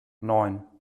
neun